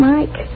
Mike